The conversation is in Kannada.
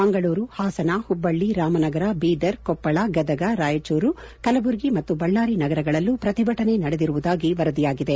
ಮಂಗಳೂರು ಹಾಸನ ಹುಬ್ಬಳ್ಳಿ ರಾಮನಗರ ಬೀದರ್ ಕೊಪ್ಪಳ ಗದಗ ರಾಯಚೂರು ಕಲಬುರಗಿ ಮತ್ತು ಬಳ್ಳಾರಿ ನಗರಗಳಲ್ಲೂ ಪ್ರತಿಭಟನೆ ನಡೆದಿರುವುದಾಗಿ ವರದಿಯಾಗಿದೆ